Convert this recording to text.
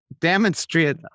demonstrate